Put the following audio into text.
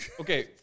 Okay